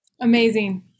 Amazing